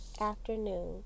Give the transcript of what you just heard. afternoon